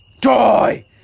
Die